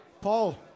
Paul